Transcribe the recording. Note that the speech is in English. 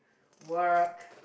work